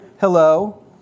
hello